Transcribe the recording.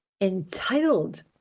entitled